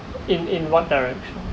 in in what direction